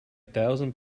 thousand